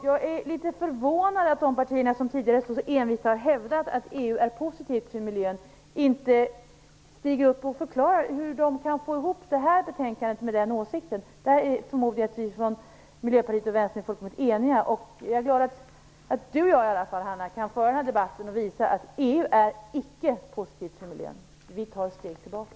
Jag är litet förvånad över att de partier som tidigare så envist har hävdat att EU är positivt för miljön inte stiger upp och förklarar hur de kan få ihop detta betänkande med den åsikten. Där är vi från Miljöpartiet och Vänsterpartiet förmodligen fullkomligt eniga. Jag är glad att i alla fall Hanna Zetterberg och jag kan föra den här debatten och visa att EU icke är positivt för miljön. Vi tar steg tillbaka.